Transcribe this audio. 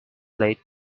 late